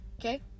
Okay